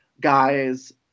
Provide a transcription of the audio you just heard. guys